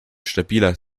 stabiler